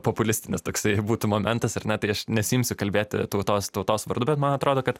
populistinis toksai būtų momentas ar ne tai aš nesiimsiu kalbėti tautos tautos vardu bet man atrodo kad